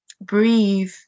breathe